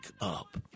up